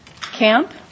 Camp